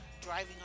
driving